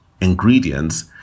ingredients